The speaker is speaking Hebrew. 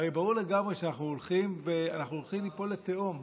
הרי ברור לגמרי שאנחנו הולכים ליפול לתהום,